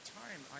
time